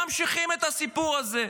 והם ממשיכים את הסיפור הזה.